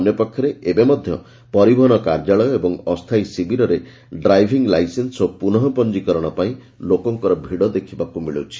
ଅନ୍ୟପକ୍ଷରେ ଏବେ ମଧ୍ୟ ପରିବହନ କାର୍ଯ୍ୟାଳୟ ଏବଂ ଅସ୍ତାୟୀ ଶିବିରରେ ଡ୍ରାଇଭିଂ ଲାଇସେନ୍ ଓ ପୁନଃ ପଞ୍ଚିକରଣ ପାଇଁ ଲୋକଙ୍କର ଭିଡ଼ ଦେଖ୍ବାକୁ ମିଳୁଛି